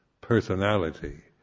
personality